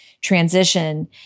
transition